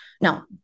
Now